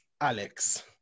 Alex